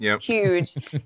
Huge